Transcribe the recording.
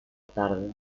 tarde